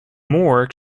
moore